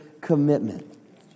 commitment